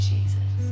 Jesus